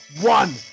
One